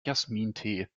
jasmintee